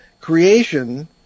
creation